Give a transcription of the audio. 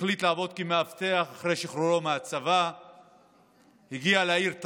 שהחליט לאחר שחרורו מהצבא לעבוד כמאבטח.